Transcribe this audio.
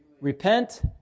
Repent